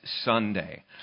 Sunday